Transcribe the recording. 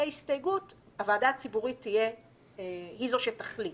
ההסתייגות שמוצעת אומרת שהוועדה הציבורית היא זו שתחליט,